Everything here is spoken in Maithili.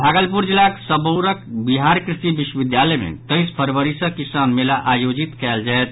भागलपुर जिलाक सबौरक बिहार कृषि विश्वविद्यालय मे तेईस फरवरी सँ किसान मेला आयोजित कयल जायत